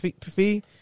fee